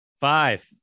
Five